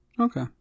Okay